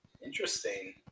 Interesting